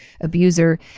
abuser